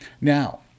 Now